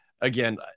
again